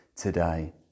today